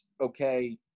okay